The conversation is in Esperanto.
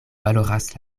valoras